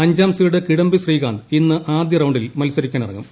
അഞ്ചാം സീഡ് കിഡംബി ശ്രീകാന്ത് ഇന്ന് ആദ്യ റൌണ്ടിൽ മത്സരിക്കാനിറങ്ങും